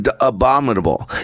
abominable